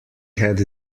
had